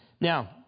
Now